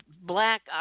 black